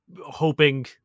hoping